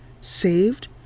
saved